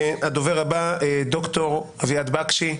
הדובר הבא ד"ר אביעד בקשי,